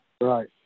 Right